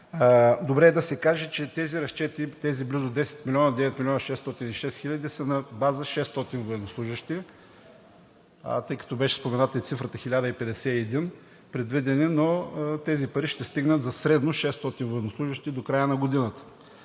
Добре е да се каже, че тези разчети, тези близо 10 милиона – 9 милиона 606 хиляди, са на база 600 военнослужещи, тъй като беше спомената и цифрата предвидени 1051, но тези пари ще стигнат за средно 600 военнослужещи до края на годината.